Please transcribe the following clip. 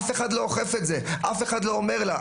אף אחד לא אוכף את זה, אף אחד לא אומר לה.